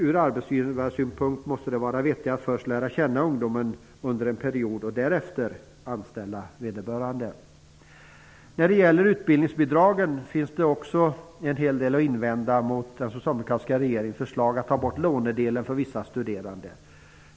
Ur arbetsgivarsynpunkt måste det vara vettigare att först lära känna ungdomen under en period och därefter anställa vederbörande. Även när det gäller utbildningsbidragen finns det en hel del att invända mot den socialdemokratiska regeringens förslag att ta bort lånedelen för vissa studerande.